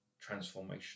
transformation